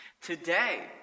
today